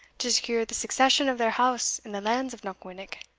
to secure the succession of their house in the lands of knockwinnock.